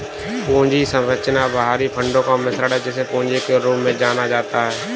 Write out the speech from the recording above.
पूंजी संरचना बाहरी फंडों का मिश्रण है, जिसे पूंजी के रूप में जाना जाता है